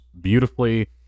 beautifully